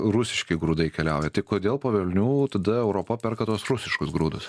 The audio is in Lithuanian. rusiški grūdai keliauja tai kodėl po velnių tada europa perka tuos rusiškus grūdus